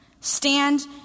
stand